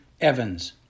Evans